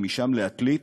ומשם לעתלית,